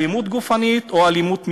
על אלימות גופנית או אלימות מילולית.